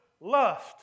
lust